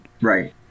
Right